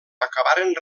acabaren